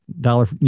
dollar